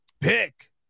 Pick